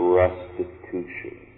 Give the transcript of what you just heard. restitution